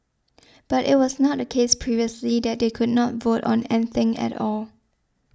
but it was not the case previously that they could not vote on anything at all